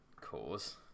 cause